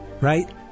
Right